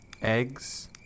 eggs